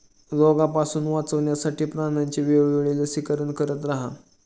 रोगापासून वाचवण्यासाठी प्राण्यांचे वेळोवेळी लसीकरण करत रहा